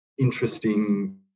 interesting